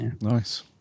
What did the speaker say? Nice